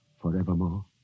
forevermore